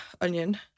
Onion